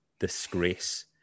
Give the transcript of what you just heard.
disgrace